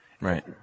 Right